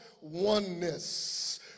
oneness